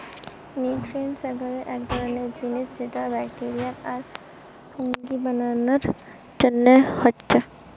nutrient এগার এক ধরণের জিনিস যেটা ব্যাকটেরিয়া আর ফুঙ্গি বানানার জন্যে হচ্ছে